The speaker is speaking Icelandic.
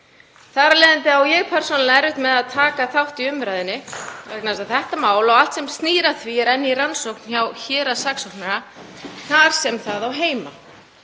Þar af leiðandi á ég persónulega erfitt með að taka þátt í umræðunni vegna þess að þetta mál og allt sem snýr að því er enn í rannsókn hjá héraðssaksóknara þar sem það á heima.